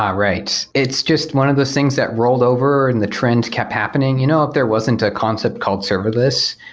um right. it's just one of the things that rolled over and the trend kept happening. you know if there wasn't a concept called serverless,